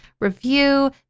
review